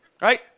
Right